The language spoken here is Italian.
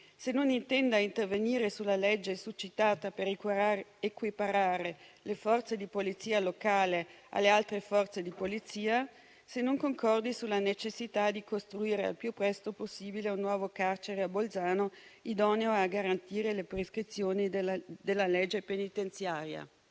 se non intenda intervenire sulla legge succitata per equiparare le Forze di polizia locale alle altre Forze di polizia e se non concordi sulla necessità di costruire il più presto possibile un nuovo carcere a Bolzano che sia idoneo a garantire le prescrizioni della legge penitenziaria.